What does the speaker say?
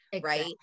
Right